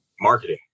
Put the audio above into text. marketing